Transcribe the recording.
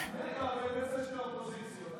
זה כבר, של האופוזיציות.